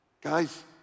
Guys